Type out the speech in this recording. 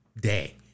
day